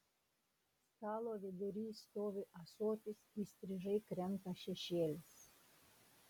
stalo vidury stovi ąsotis įstrižai krenta šešėlis